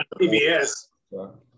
PBS